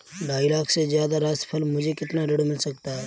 ढाई लाख से ज्यादा राशि पर मुझे कितना ऋण मिल सकता है?